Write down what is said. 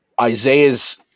Isaiah's